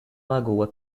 lagoa